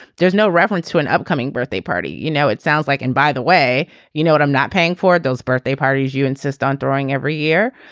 there's no reference to an upcoming birthday party. you know it sounds like and by the way you know i'm not paying for those birthday parties you insist on throwing every year.